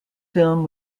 film